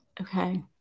Okay